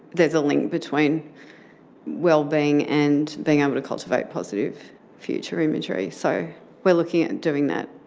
there is a link between well-being and being able to cultivate positive future imagery. so we are looking at and doing that,